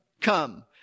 come